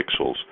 pixels